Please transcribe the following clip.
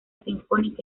sinfónica